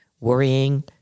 worrying